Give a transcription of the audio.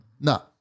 No